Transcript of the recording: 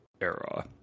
era